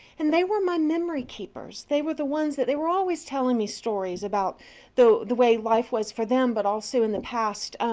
and they were my memory-keepers. they were the ones that they were always telling me stories about the the way life was for them, but also in the past.